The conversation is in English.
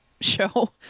show